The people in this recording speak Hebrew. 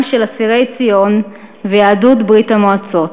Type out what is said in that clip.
של אסירי ציון ויהדות ברית-המועצות,